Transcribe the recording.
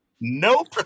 Nope